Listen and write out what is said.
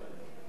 הטבות,